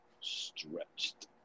stretched